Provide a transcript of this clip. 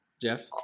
Jeff